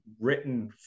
written